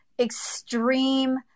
extreme